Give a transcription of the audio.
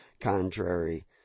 contrary